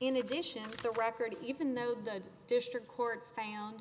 in addition to the record even though the district court found